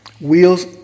Wheels